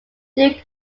duke